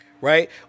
Right